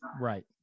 Right